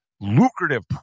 lucrative